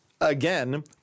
Again